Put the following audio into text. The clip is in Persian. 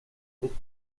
فود